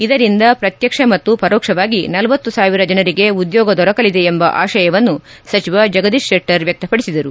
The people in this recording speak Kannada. ಇದರಿಂದ ಪ್ರತ್ಯಕ್ಷ ಮತ್ತು ಪರೋಕ್ಷವಾಗಿ ಳಂ ಸಾವಿರ ಜನರಿಗೆ ಉದ್ಯೋಗ ದೊರಕಲಿದೆ ಎಂಬ ಆಶಯವನ್ನು ಸಚಿವ ಜಗದೀಶ್ ಶೆಟ್ಟರ್ ವ್ಯಕ್ತಪಡಿಸಿದರು